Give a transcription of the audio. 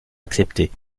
accepter